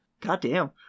Goddamn